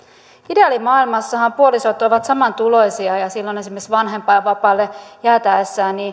ideaalimaailmassahan puolisot ovat samantuloisia ja silloin esimerkiksi vanhempainvapaalle jäädessä